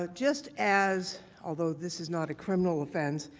ah just as although this is not a criminal offense,